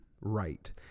right